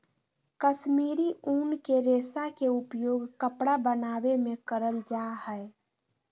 कश्मीरी उन के रेशा के उपयोग कपड़ा बनावे मे करल जा हय